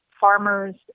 farmers